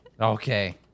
Okay